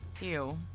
Ew